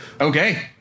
Okay